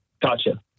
Gotcha